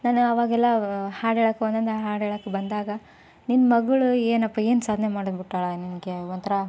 ನಾನು ಆವಾಗೆಲ್ಲ ಹಾಡು ಹೇಳಕ್ಕೆ ಒಂದೊಂದೇ ಹಾಡು ಹೇಳಕ್ಕೆ ಬಂದಾಗ ನಿನ್ನ ಮಗಳು ಏನಪ್ಪ ಏನು ಸಾಧನೆ ಮಾಡ್ಬಿಟ್ಟಾಳೆ ನಿನಗೆ ಒಂಥರ